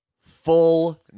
full